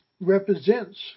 represents